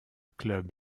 club